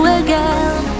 again